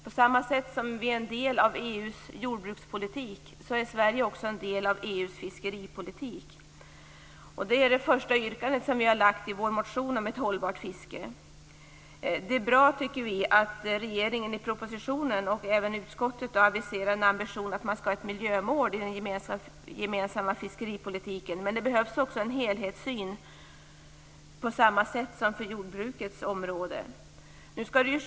På samma sätt som Sverige är en del av EU:s jordbrukspolitik är Sverige en del av EU:s fiskeripolitik. Det första yrkandet i Vänsterpartiets motion om ett hållbart fiske handlar om detta. Vänsterpartiet tycker att det är bra att regeringen i propositionen, och även utskottet, aviserar en ambition om ett miljömål i den gemensamma fiskeripolitiken. Det behövs också en helhetssyn på samma sätt som för jordbrukets område.